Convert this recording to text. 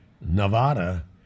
Nevada